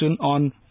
on